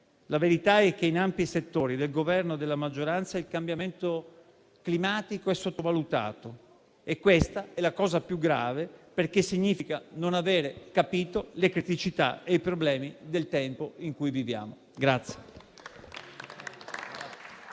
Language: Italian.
la verità è che in ampi settori del Governo e della maggioranza il cambiamento climatico è sottovalutato e questa è la cosa più grave, perché significa non aver capito le criticità e i problemi del tempo in cui viviamo.